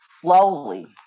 slowly